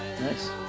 Nice